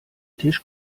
tisch